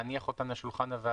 להניח אותן על שולחן הוועדה?